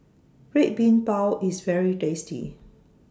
Red Bean Bao IS very tasty